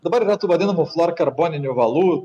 dabar yra tų vadinamų fluorkarboninių valų